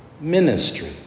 ministry